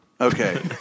Okay